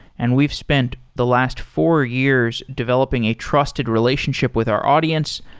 and we've spent the last four years developing a trusted relationship with our audience.